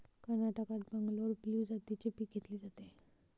कर्नाटकात बंगलोर ब्लू जातीचे पीक घेतले जाते